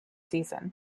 season